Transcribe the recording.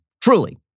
truly